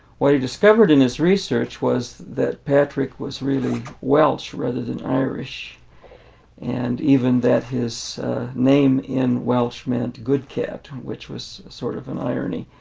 what he discovered in his research was that patrick was really welsh rather than irish and even that his name in welsh meant good cat which was sort of an irony.